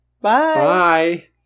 Bye